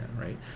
right